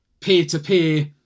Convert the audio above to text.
peer-to-peer